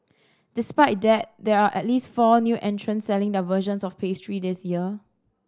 despite that there are at least four new entrants selling their versions of the pastries this year